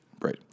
Right